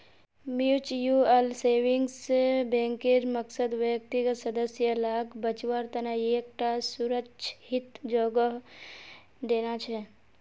mutual savings बैंकेर मकसद व्यक्तिगत सदस्य लाक बच्वार तने एक टा सुरक्ष्हित जोगोह देना छे